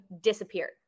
disappeared